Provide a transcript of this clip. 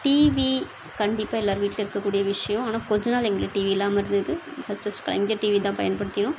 TV கண்டிப்பாக எல்லாேர் வீட்லேயும் இருக்கக்கூடிய விஷயம் ஆனால் கொஞ்ச நாள் எங்கள் வீட்டில் டிவி இல்லாமல் இருந்தது ஃபஸ்ட் ஃபஸ்ட் கலைஞர் டிவி தான் பயன்படுத்தினோம்